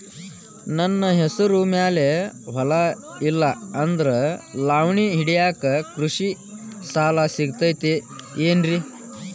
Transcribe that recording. ನನ್ನ ಹೆಸರು ಮ್ಯಾಲೆ ಹೊಲಾ ಇಲ್ಲ ಆದ್ರ ಲಾವಣಿ ಹಿಡಿಯಾಕ್ ಕೃಷಿ ಸಾಲಾ ಸಿಗತೈತಿ ಏನ್ರಿ?